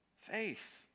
faith